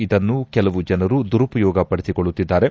ಇದನ್ನು ಕೆಲವು ಜನರು ದುರುಪಯೋಗ ಪಡಿಸಿಕೊಳ್ಳುತ್ತಿದ್ದಾರೆ